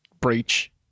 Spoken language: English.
breach